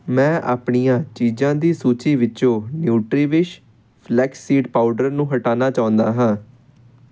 ਮੈਂ ਆਪਣੀਆਂ ਚੀਜ਼ਾਂ ਦੀ ਸੂਚੀ ਵਿੱਚੋਂ ਨਿਊਟਰੀਵਿਸ਼ ਫਲੈਕਸ ਸੀਡ ਪਾਊਡਰ ਨੂੰ ਹਟਾਉਣਾ ਚਾਹੁੰਦਾ ਹਾਂ